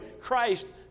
Christ